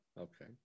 Okay